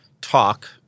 talk